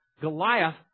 Goliath